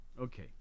Okay